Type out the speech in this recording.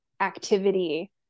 activity